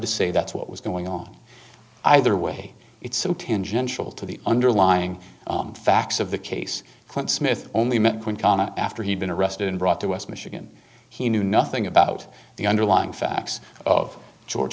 to say that's what was going on either way it's so tangential to the underlying facts of the case clint smith only met one comma after he'd been arrested and brought to west michigan he knew nothing about the underlying facts of georg